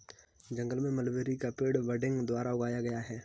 जंगल में मलबेरी का पेड़ बडिंग द्वारा उगाया गया है